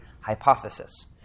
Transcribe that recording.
hypothesis